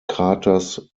kraters